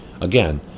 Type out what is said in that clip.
Again